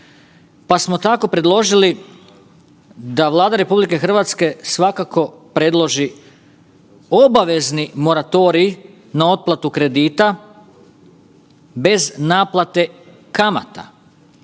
Pa smo tako predložili da Vlada RH svakako predloži obavezni moratorij na otplatu kredita bez naplate kamata.